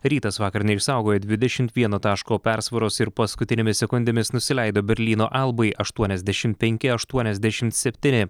rytas vakar neišsaugojo dvidešimt vieno taško persvaros ir paskutinėmis sekundėmis nusileido berlyno albai aštuoniasdešimt penki aštuoniasdešimt septyni